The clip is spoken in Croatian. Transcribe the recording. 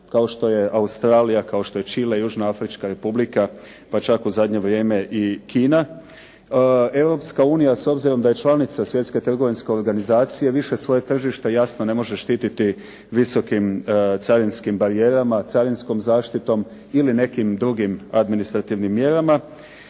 kao što je Australija, kao što je Čile, Južnoafrička Republika pa čak u zadnje vrijeme i Kina. Europska unija s obzirom da je članica Svjetske trgovinske organizacije više svoje tržište jasno ne može štititi visokim carinskim barijerama, carinskom zaštitom ili nekim drugim administrativnim mjerama